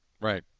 Right